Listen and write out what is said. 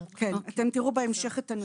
אתם תראו בהמשך את הנתון.